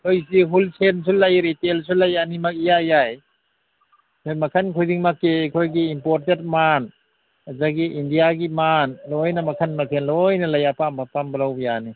ꯑꯩꯈꯣꯏꯁꯤ ꯍꯣꯜꯁꯦꯜꯁꯨ ꯂꯩ ꯔꯤꯇꯦꯜꯁꯨ ꯂꯩ ꯑꯅꯤꯃꯛ ꯏꯌꯥ ꯌꯥꯏ ꯃꯈꯟ ꯈꯨꯗꯤꯡꯃꯛꯀꯤ ꯑꯩꯈꯣꯏꯒꯤ ꯏꯝꯄꯣꯔꯇꯦꯗ ꯃꯥꯜ ꯑꯗꯒꯤ ꯏꯟꯗꯤꯌꯥꯒꯤ ꯃꯥꯜ ꯂꯣꯏꯅ ꯃꯈꯟ ꯃꯊꯦꯟ ꯂꯣꯏꯅ ꯂꯩ ꯑꯄꯥꯝ ꯑꯄꯥꯝꯕ ꯂꯧꯕ ꯌꯥꯅꯤ